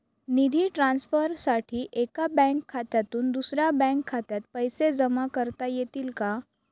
निधी ट्रान्सफरसाठी एका बँक खात्यातून दुसऱ्या बँक खात्यात पैसे जमा करता येतील का?